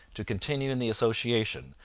to continue in the association,